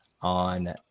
on